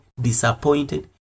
disappointed